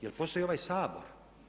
Jel' postoji ovaj Sabor?